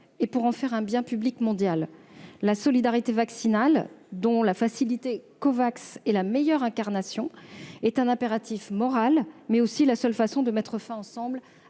et pour en faire un bien public mondial. La solidarité vaccinale, dont le dispositif Covax est la meilleure incarnation, est un impératif moral, mais aussi la seule façon de mettre fin ensemble